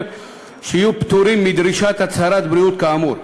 שיהיו פטורים מדרישת הצהרת בריאות כאמור,